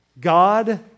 God